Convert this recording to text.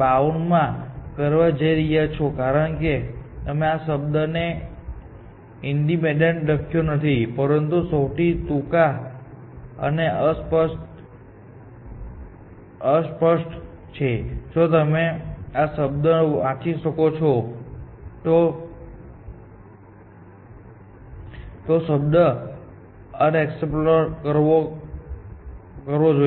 bound માં કરવા જઈ રહ્યા છો કારણ કે મેં આ શબ્દ ઇન્ક્રીમેન્ટેડ લખ્યો નથી પરંતુ તે સૌથી ટૂંકો અનએક્સપ્લોરદ છે જો તમે આ શબ્દ વાંચી શકો છો તો શબ્દ અનએક્સપ્લોર કરવો જોઈએ